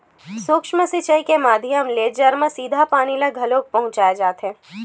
सूक्ष्म सिचई के माधियम ले जर म सीधा पानी ल घलोक पहुँचाय जाथे